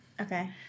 Okay